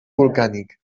volcànic